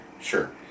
Sure